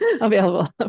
available